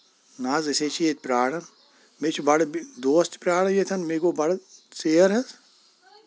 نَہ حظ أسۍ حظ چھِ ییٚتہِ پراران مےٚ چھِ بَڑٕ دوس تہِ پراران ییٚتٮ۪ن میٚیہِ گوٚو بَڑٕ ژیر حظ